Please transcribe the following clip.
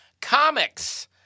Comics